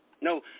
No